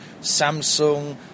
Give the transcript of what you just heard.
Samsung